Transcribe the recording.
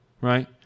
Right